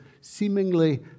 seemingly